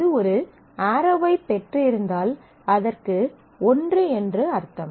அது ஒரு ஆரோவைப் பெற்றிருந்தால் அதற்கு ஒன்று என்று அர்த்தம்